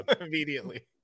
immediately